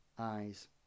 Eyes